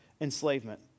enslavement